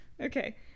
Okay